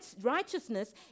Righteousness